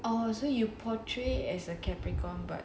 oh so you portray as a capricorn but